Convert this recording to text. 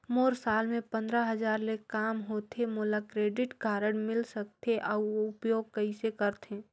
मोर साल मे पंद्रह हजार ले काम होथे मोला क्रेडिट कारड मिल सकथे? अउ उपयोग कइसे करथे?